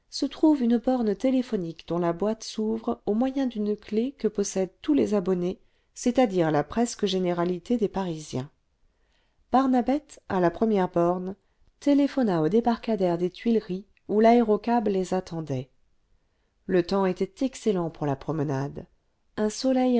se trouve une borne téléphonique dont la boîte s'ouvre au moyen d'une clef que possèdent tous les abonnés c'est-à-dire la presque générabté des parisiens barnabette à la première borne téléphona au débarcadère des tuileries où l'aérocab les attendait le temps était excellent pour la promenade un soleil